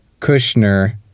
Kushner